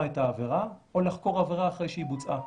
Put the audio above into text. את העבירה או לחקור עבירה אחרי שהיא בוצעה.